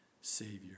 Savior